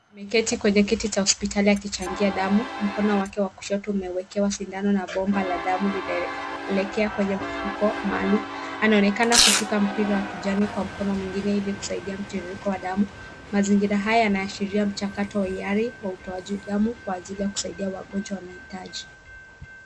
ameketi kwenye kiti cha hospitali akichangia damu. Mkono wake wa kushoto umewekewa sindano na bomba la damu linaelekea kwenye mfuko maalum. Anaonekana kushika mpira wa kijani kwa mkono mwingine ili kusaidia mtiririko wa damu. Mazingira haya yanaashiria mchakato wa hiari kwa utoaji damu kwa ajili ya kusaidia wagonjwa wanaohitaji.